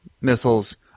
missiles